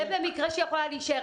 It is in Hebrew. זה במקרה שהיא יכולה להישאר,